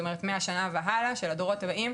זאת אומרת מהשנה והלאה של הדורות הבאים.